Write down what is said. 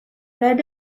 led